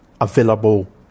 available